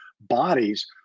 bodies